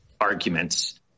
arguments